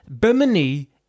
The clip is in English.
Bimini